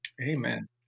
Amen